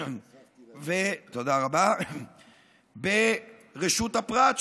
ומנוצלות ברשות הפרט,